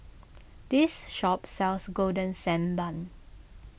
this shop sells Golden Sand Bun